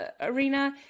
arena